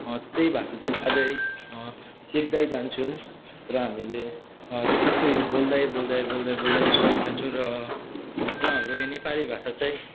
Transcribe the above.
त्यही भाषा चाहिँ अझै सिक्दै जान्छौँ र हामीले त्यस्तो यो बोल्दै बोल्दै बोल्दै बोल्दै जान् जान्छौँ र र हाम्रो यो नेपाली भाषा चाहिँ